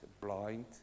blind